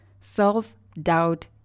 self-doubt